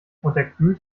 unterkühlt